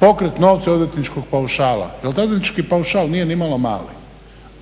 pokrit novce odvjetničkog paušala jer taj odvjetnički paušal nije nimalo mali.